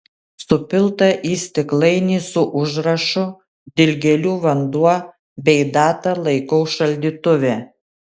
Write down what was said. supiltą į stiklainį su užrašu dilgėlių vanduo bei data laikau šaldytuve